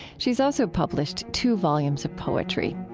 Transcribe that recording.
she's also published two volumes of poetry